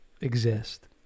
exist